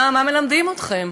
מה מלמדים אתכם?